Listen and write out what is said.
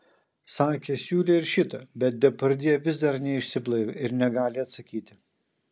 sakė siūlė ir šitą bet depardjė vis dar neišsiblaivė ir negali atsakyti